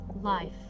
life